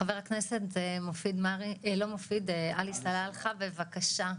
חבר הכנסת עלי סלאלחה, בבקשה,